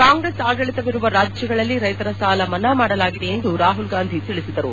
ಕಾಂಗ್ರೆಸ್ ಆಡಳಿತವಿರುವ ರಾಜ್ಯಗಳಲ್ಲಿ ರೈತರ ಸಾಲ ಮನ್ನಾ ಮಾಡಲಾಗಿದೆ ಎಂದು ರಾಹುಲ್ಗಾಂಧಿ ತಿಳಿಸಿದರು